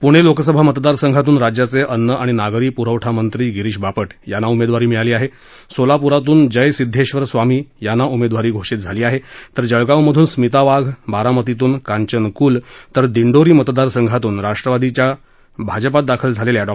पूणे लोकसभा मतदारसंघातून राज्याचे अन्न आणि नागरी पुरवठा मंत्री गिरीश बापा घांना उमेदवारी मिळाली आहे सोलापूरातून जयसिद्धेश्वर स्वामी यांना उमेदवारी घोषित झाली आहे तर जळगावमधून स्मिता वाघ बारामतीतून कांचन कुल तर दिंडोरी मतदारसंघातून राष्ट्रवादी कॉंग्रेसमधून भाजपात दाखल झालेल्या डॉ